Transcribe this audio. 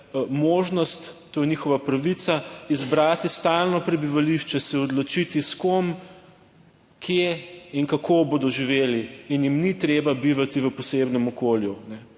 možnost, to je njihova pravica, izbrati stalno prebivališče, se odločiti, s kom, kje in kako bodo živele, in jim ni treba bivati v posebnem okolju.